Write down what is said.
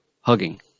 hugging